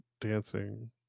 dancing